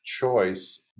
choice